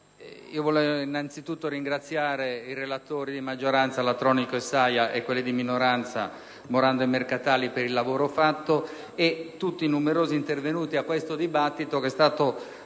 vorrei innanzitutto ringraziare i relatori di maggioranza, Latronico e Saia, e quelli di minoranza, Morando e Mercatali per il lavoro svolto, e tutti i numerosi intervenuti a questo dibattito, che è stato